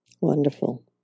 Wonderful